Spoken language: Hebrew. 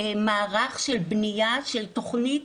מערך של בניה של תכנית,